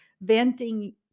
venting